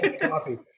coffee